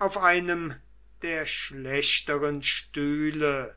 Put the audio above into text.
auf einem der schlechteren stühle